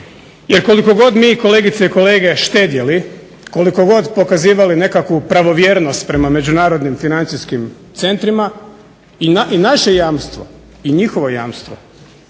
Jer koliko god mi kolegice i kolege, štedjeli, koliko god pokazivali nekakvu pravovjernost prema međunarodnim financijskim centrima i naše jamstvo i njihovo jamstvo